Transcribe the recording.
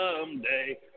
someday